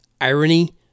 irony